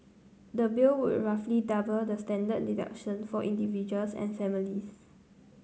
the bill would roughly double the standard deduction for individuals and families